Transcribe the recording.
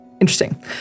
interesting